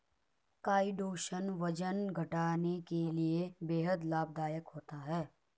chitosan वजन घटाने के लिए बेहद लाभदायक होता है